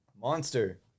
Monster